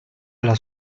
alla